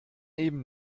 eben